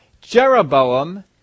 Jeroboam